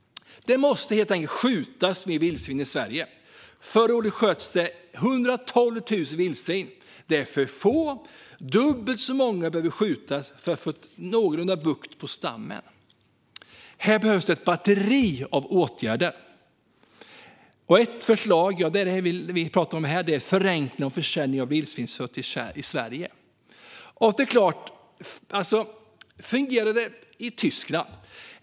Det måste helt enkelt skjutas fler vildsvin i Sverige. Förra året sköts 112 000 vildsvin. Det är för få. Dubbelt så många skulle behöva skjutas för att få någorlunda bukt med stammen. Här behövs ett batteri av åtgärder. Ett förslag är förenkling av försäljning av vildsvinskött i Sverige. Det fungerar i Tyskland.